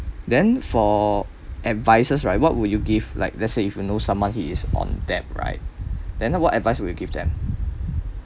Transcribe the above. then for advices right what would you give like let's say if you know someone he is on debt right then what advice would you give then